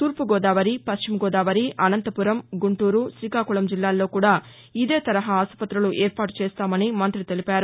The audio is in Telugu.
తూర్పు గోదావరి పశ్చిమ గోదావరి అనంతపురం గుంటూరు శ్రీకాకుళం జిల్లాల్లో కూడా ఇదే తరహా ఆస్పత్తులు ఏర్పాటు చేస్తామని మంగ్రి తెలిపారు